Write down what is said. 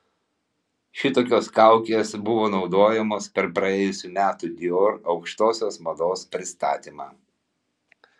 šitokios kaukės buvo naudojamos per praėjusių metų dior aukštosios mados pristatymą